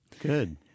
Good